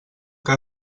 que